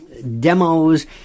demos